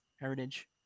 heritage